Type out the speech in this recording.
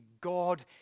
God